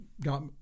got